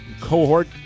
cohort